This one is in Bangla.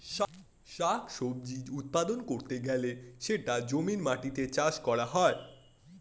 শাক সবজি উৎপাদন করতে গেলে সেটা জমির মাটিতে চাষ করা হয়